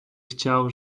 chciał